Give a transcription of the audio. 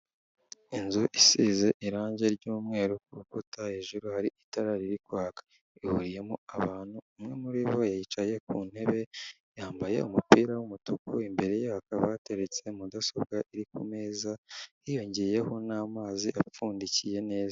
Inzu isize irangi ryumweru ku rukuta hejuru hari itara riri kwaka, ihuriyemo abantu umwe muri bo yicaye ku ntebe yambaye umupira w'umutuku, imbere ye hakaba hateretse mudasobwa iri kumeza hiyongeyeho n'mazi apfundikiye neza.